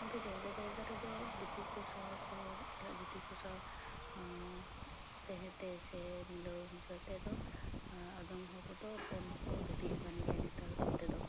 ᱟᱫᱚ ᱡᱟᱭᱜᱟ ᱡᱟᱭᱜᱟ ᱨᱤᱫᱚ ᱫᱤᱠᱩ ᱠᱚ ᱥᱟᱶ ᱥᱮ ᱤᱴᱟᱜ ᱡᱟᱹᱛᱤ ᱠᱚ ᱥᱟᱶ ᱛᱟᱦᱮᱸ ᱛᱮ ᱥᱮ ᱢᱤᱞᱟᱹᱣ ᱢᱤᱥᱟᱹ ᱛᱮᱫᱚ ᱟᱫᱚᱢ ᱦᱚᱲ ᱠᱩᱫᱚ ᱯᱚᱱ ᱦᱚᱠᱚ ᱫᱟᱹᱵᱤ ᱮᱫ ᱠᱟᱱ ᱜᱮᱭᱟ ᱱᱮᱛᱟᱨ ᱠᱚᱛᱮ ᱫᱚ